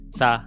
sa